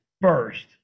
first